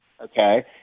Okay